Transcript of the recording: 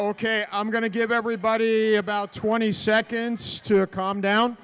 ok i'm going to give everybody about twenty seconds to a calm down